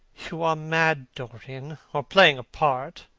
you are mad, dorian, or playing a part,